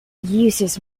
uses